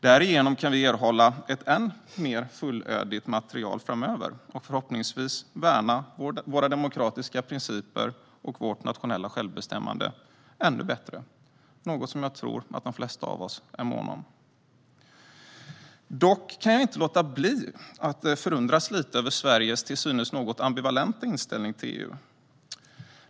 Härigenom kan vi erhålla ett än mer fullödigt material framöver och förhoppningsvis värna våra demokratiska principer och vårt nationella självbestämmande ännu bättre - något jag tror att de flesta av oss är måna om. Dock kan jag inte låta bli att förundras lite över Sveriges till synes något ambivalenta inställning till EU.